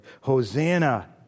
Hosanna